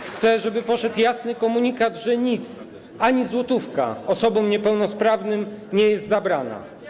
Chcę, żeby poszedł jasny komunikat, że nic, ani złotówka, osobom niepełnosprawnym nie jest zabrane.